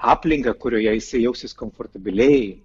aplinką kurioje jisai jaustis komfortabiliai